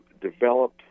develop